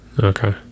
Okay